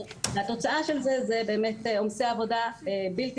והתוצאה של זה היא באמת עומסי עבודה בלתי